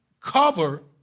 cover